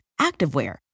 activewear